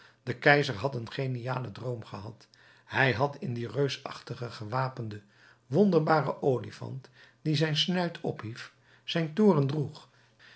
de keizer had een genialen droom gehad hij had in dien reusachtigen gewapenden wonderbaren olifant die zijn snuit ophief zijn toren droeg